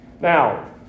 Now